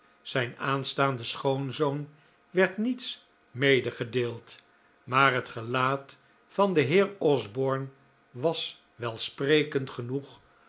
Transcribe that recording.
zijn aanstaanden schoonzoon werd niets medegedeeld maar het gelaat van den heer osborne was welsprekend genoeg